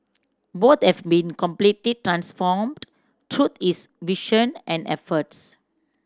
both have been completely transformed through his vision and efforts